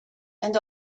and